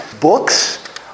books